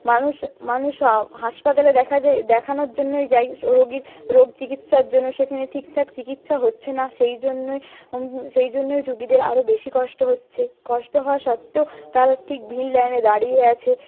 মানুষ মানুষ হাসপাতালে দেখা যায় দেখানোর জন্যই যায় রোগীর রোগ চিকিৎসার জন্য সেখানে ঠিক ঠাক চিকিৎসা হচ্ছে না সেই জন্যই সেই জন্যই রুগীদের আরও বেশি কষ্ট হচ্ছে কষ্ট হওয়া সত্ত্বেও তারা ঠিক ভিড় লাইনে দাঁড়িয়ে আছে